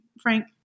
Frank